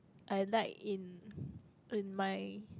I like in in my